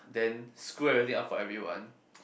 then screw everything up for everyone